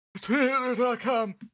Twitter.com